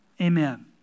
Amen